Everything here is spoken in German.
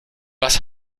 was